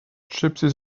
gypsies